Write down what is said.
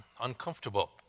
uncomfortable